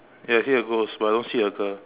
ya I see a ghost but I don't see a girl